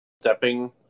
stepping